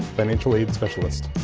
financial aid specialist.